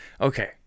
Okay